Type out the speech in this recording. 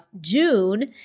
June